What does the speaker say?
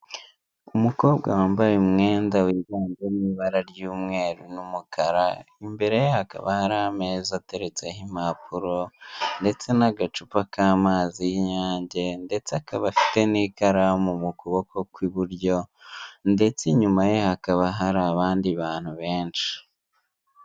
Umukobwa wambaye umwenda wiganjemo ibara ry'umweru n'umukara imbereye hakaba hari ameza ateretseho impapuro, ndetse n'agacupa k'amazi y'inyange ndetse akaba afite n'ikaramu mu kuboko kw'iburyo, ndetse nyuma ye hakaba hari abandi bantu benshi.